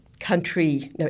country